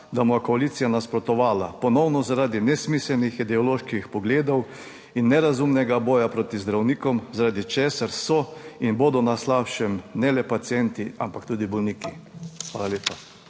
da mu je koalicija nasprotovala ponovno zaradi nesmiselnih ideoloških pogledov in nerazumnega boja proti zdravnikom, zaradi česar so in bodo na slabšem ne le pacienti, ampak tudi bolniki. Hvala lepa.